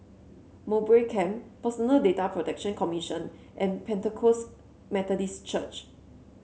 Mowbray Camp Personal Data Protection Commission and Pentecost Methodist Church